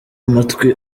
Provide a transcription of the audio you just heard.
amatwi